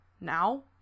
Now